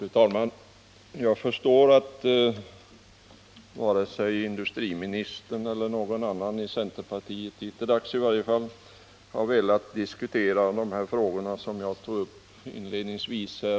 Fru talman! Jag förstår att inte vare sig industriministern eller någon annan inom centerpartiet — i varje fall inte hittills — har velat diskutera de frågor som jag inledningsvis tog upp.